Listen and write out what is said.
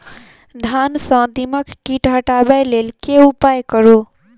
धान सँ दीमक कीट हटाबै लेल केँ उपाय करु?